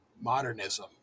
modernism